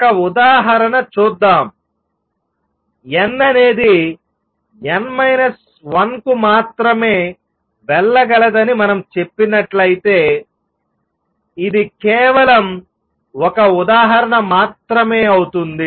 ఒక ఉదాహరణ చూద్దాంn అనేది n 1 కు మాత్రమే వెళ్ళగలదని మనం చెప్పినట్లయితే ఇది కేవలం ఒక ఉదాహరణ మాత్రమే అవుతుంది